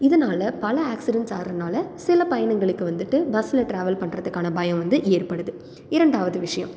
இதனால பல ஆக்சிடண்ட்ஸ் ஆகுறதுனால சில பயணங்களுக்கு வந்துட்டு பஸ்ஸில் டிராவல் பண்ணுறதுக்கான பயம் வந்து ஏற்படுது இரண்டாவது விஷயம்